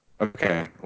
Okay